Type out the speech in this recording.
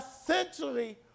essentially